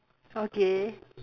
okay